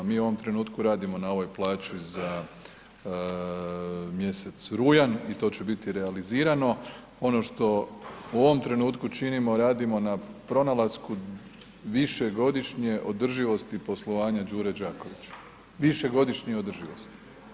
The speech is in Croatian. Mi u ovom trenutku radimo na ovoj plaći za mjesec rujan i to će biti realizirano, ono što u ovom trenutku činimo radimo na pronalasku višegodišnje održivosti poslovanja Đure Đakovića, višegodišnje održivosti.